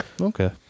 okay